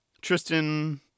Tristan